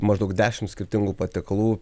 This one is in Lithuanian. maždaug dešimt skirtingų patiekalų